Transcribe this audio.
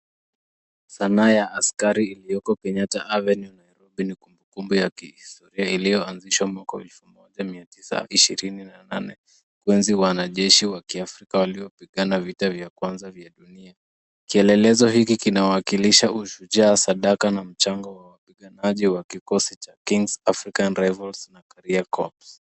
Sanaa ya askari iliyoko Kenyatta Avenue kwenye kumbukumbu ya kihistoria iliyoanzishwa mwaka wa elfu moja mia tisa ishirini na nane. Wenzi wanajeshi wa Kiafrika waliopigana vita vya kwanza vya dunia. Kielelezo hiki kinawakilisha ushujaa sadaka na mchango wa wapiganaji wa kikosi cha Kings African Rifles na Carrier Corps.